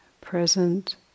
present